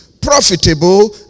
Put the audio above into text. profitable